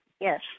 Yes